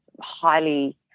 highly